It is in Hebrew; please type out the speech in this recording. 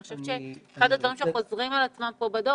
אני חושבת שאחד הדברים שחוזרים על עצמם פה בדוח